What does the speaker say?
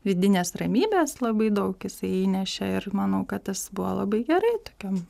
vidinės ramybės labai daug jisai įnešė ir manau kad tas buvo labai gerai tokiam